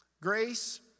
Grace